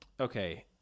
okay